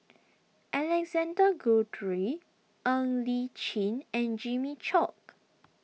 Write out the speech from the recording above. Alexander Guthrie Ng Li Chin and Jimmy Chok